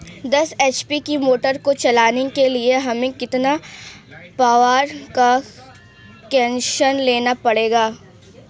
दस एच.पी की मोटर को चलाने के लिए हमें कितने पावर का कनेक्शन लेना पड़ेगा?